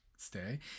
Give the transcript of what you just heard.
stay